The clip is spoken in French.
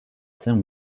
saint